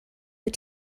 wyt